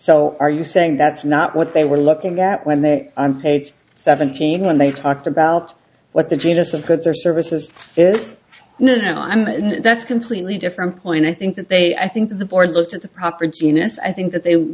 so are you saying that's not what they were looking at when they're on page seventeen when they talked about what the genus of goods or services is no i'm and that's completely different point i think that they i think the board looked at the proper genus i think that they